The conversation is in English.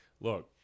Look